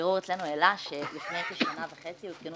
בירור אצלנו העלה שלפני כשנה וחצי הותקנו